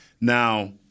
Now